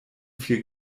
viel